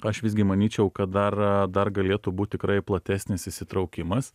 aš visgi manyčiau kad dar dar galėtų būt tikrai platesnis įsitraukimas